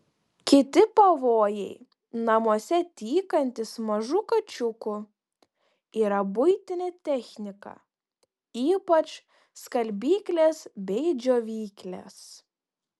kiti pavojai namuose tykantys mažų kačiukų yra buitinė technika ypač skalbyklės bei džiovyklės